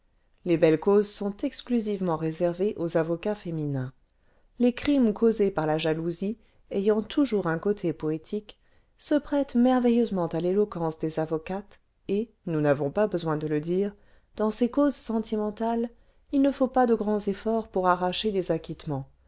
les belles causes sont exclusivement réservées aux avocats féminins les crimes causés par la jalousie ayant toujours un côté poétique se prêtent merveilleusement à l'éloquence des avocates et nous n'avons pas besoin de le dire dans ces causes sentimentales il ne faut pas de grands efforts pour arracher des acquittements